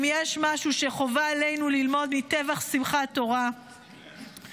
אם יש משהו שחובה עלינו ללמוד מטבח שמחת תורה זאת